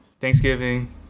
Thanksgiving